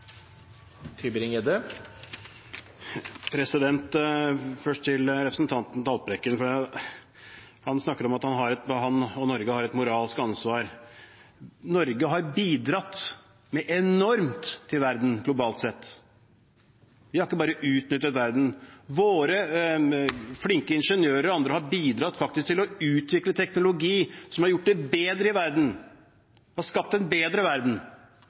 Først til representanten Haltbrekken: Han snakker om at han og Norge har et moralsk ansvar. Norge har bidratt enormt i verden globalt sett. Vi har ikke bare utnyttet verden. Våre flinke ingeniører og andre har bidratt til å utvikle teknologi som har gjort det bedre i verden og har skapt en bedre verden.